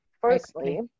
Firstly